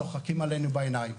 צוחקים עלינו בעיניים.